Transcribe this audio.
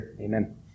amen